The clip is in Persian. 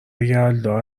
یلدا